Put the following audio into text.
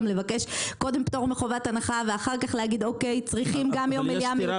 לבקש קודם פטור מחובת הנחה ואחר כך להגיד שצריכים גם יום מליאה מיוחד.